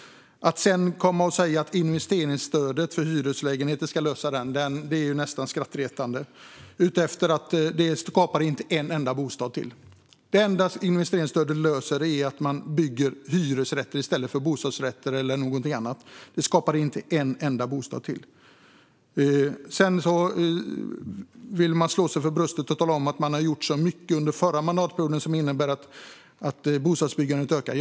Att sedan säga att investeringsstödet för hyreslägenheter ska lösa bostadskrisen är nästan skrattretande. Det stödet skapar inte en enda bostad. Det enda investeringsstödet löser är att det byggs hyresrätter i stället för bostadsrätter. Det skapar inte en enda ytterligare bostad. Man vill slå sig för bröstet och säga att man har gjort så mycket under förra mandatperioden som innebär att bostadsbyggandet ökar.